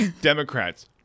Democrats